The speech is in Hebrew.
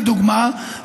לדוגמה,